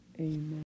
Amen